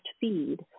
feed